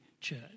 church